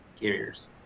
carriers